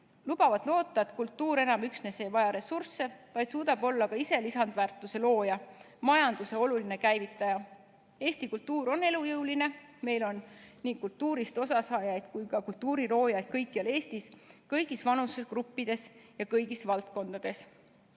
lubavad loota, et kultuur enam üksnes ei vaja ressursse, vaid suudab olla ka ise lisandväärtuse looja ja majanduse oluline käivitaja. Eesti kultuur on elujõuline. Meil on nii kultuurist osasaajaid kui ka kultuuriloojaid kõikjal Eestis, kõigis vanusegruppides ja kõigis valdkondades.